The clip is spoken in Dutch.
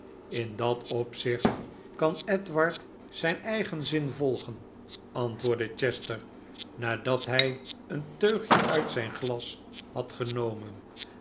in dat opzicht kan edward zijn eigen zinvolgen antwoordde chester nadat hij een teugje uit zijn glas had geno